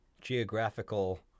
geographical